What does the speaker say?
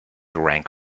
rank